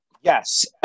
Yes